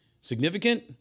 Significant